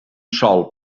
sòl